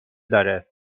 داره